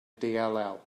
dll